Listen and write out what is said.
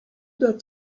that